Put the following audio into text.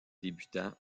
débutants